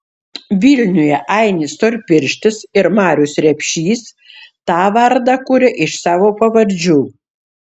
vilniuje ainis storpirštis ir marius repšys tą vardą kuria iš savo pavardžių